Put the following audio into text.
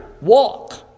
walk